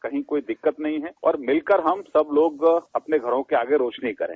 कहीं कोई दिक्कत नहीं है और मिलकर हम सब लोग अपने घरों के आगे रोशनी करें